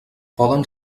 poden